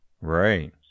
Right